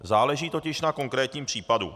Záleží totiž na konkrétním případu.